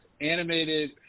animated